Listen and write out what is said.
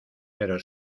pero